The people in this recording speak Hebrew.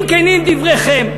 אם כנים דבריכם,